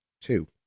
two